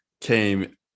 came